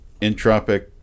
entropic